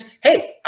hey